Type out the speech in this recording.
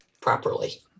properly